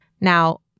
Now